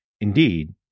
Indeed